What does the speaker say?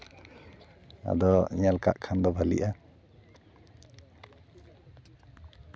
ᱟᱫᱚ ᱧᱮᱞ ᱠᱟᱜ ᱠᱷᱟᱱ ᱫᱚ ᱵᱷᱟᱞᱮᱜᱼᱟ